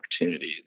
opportunities